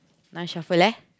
now shuffle eh